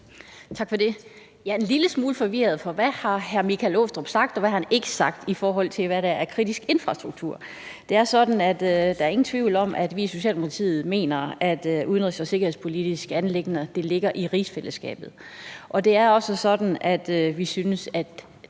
Tak for det. Jeg er en lille smule forvirret, for hvad har hr. Michael Aastrup Jensen sagt, og hvad har han ikke sagt, i forhold til hvad der er kritisk infrastruktur? Det er sådan, at der ikke er nogen tvivl om, at vi i Socialdemokratiet mener, at udenrigs- og sikkerhedspolitiske anliggender ligger i rigsfællesskabet. Det er også sådan, at vi synes, at